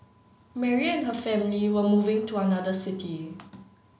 Mary and her family were moving to another city